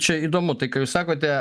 čia įdomu tai ką jūs sakote